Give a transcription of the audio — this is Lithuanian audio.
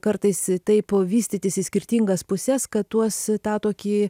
kartais taip vystytis į skirtingas puses kad tuos tą tokį